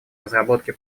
разработке